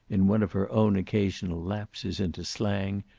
in one of her own occasional lapses into slang,